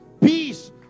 peace